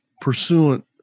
pursuant